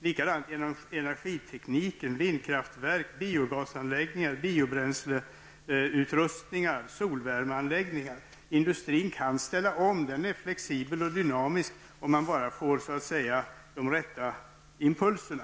Vidare bör man satsa på energiteknik: vindkraftverk, biogasanläggningar, biobränsleutrustningar och solvärmeanläggningar. Industrin kan ställa om. Den är flexibel och dynamisk, om den bara får de rätta impulserna.